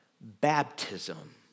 baptism